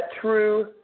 true